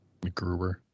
mcgruber